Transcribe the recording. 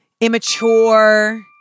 immature